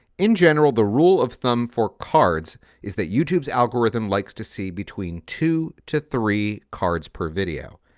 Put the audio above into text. in general, the rule of thumb for cards is that youtube's algorithm likes to see between two to three cards per video.